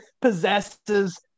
possesses